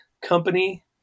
company